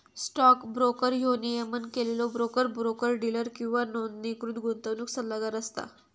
stock broker ह्यो नियमन केलेलो ब्रोकर, ब्रोकर डीलर किंवा नोंदणीकृत गुंतवणूक सल्लागार असता